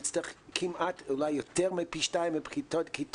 נצטרך כמעט ואולי יותר מפי שניים כיתות,